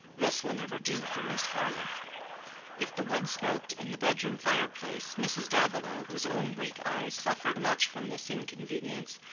this will never do for miss harleth if the wood smoked in the bedroom fireplace, mrs. davilow, whose own weak eyes suffered much from this inconvenience,